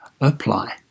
apply